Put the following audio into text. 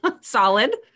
Solid